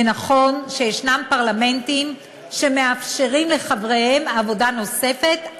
ונכון שיש פרלמנטים שמאפשרים לחבריהם עבודה נוספת,